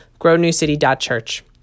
grownewcity.church